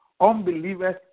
Unbelievers